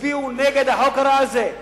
תצביעו נגד החוק הרע הזה.